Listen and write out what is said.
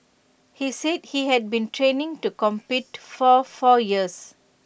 he said he had been training to compete for four years